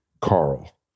Carl